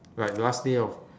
like last day of